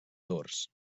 dors